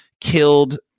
killed